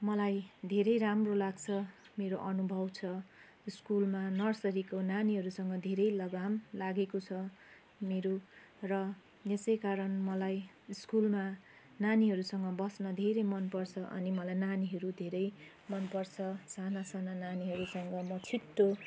मलाई धेरै राम्रो लाग्छ मेरो अनुभव छ स्कुलमा नर्सरीको नानीहरूसँग धेरै लगाम लागेको छ मेरो र यसकारण मलाई स्कुलमा नानीहरूसँग बस्न धेरै मन पर्छ अनि मलाई नानीहरू धेरै मन पर्छ साना साना नानीहरूसँग म छिटो